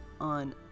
on